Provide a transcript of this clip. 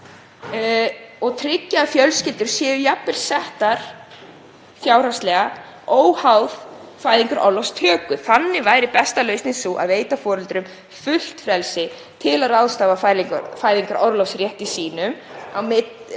og tryggja að fjölskyldur séu jafn vel settar fjárhagslega, óháð fæðingarorlofstöku. Þannig væri besta lausnin sú að veita foreldrum fullt frelsi til að ráðstafa fæðingarorlofsrétti sín á milli